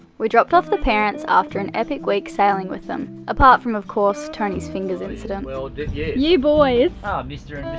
we dropped off the parents after an epic week sailing with them apart from of course, tony's fingers incident. well, did you? you boys. ah mr.